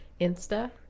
insta